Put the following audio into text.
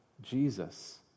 Jesus